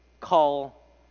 call